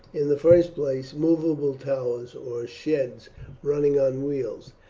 in the first place, movable towers or sheds running on wheels.